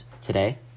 today